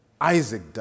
Isaac